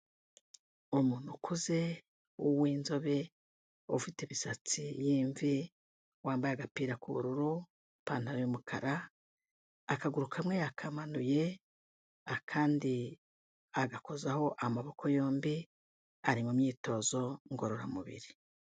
Umuntu ukuze, w'inzobe, ufite imisatsi y'imvi, wambaye agapira k'ubururu, ipantaro y'umukara, akaguru kamwe yakamanuye, akandi agakozaho amaboko yombi, ari mu myitozo ngororamubiri.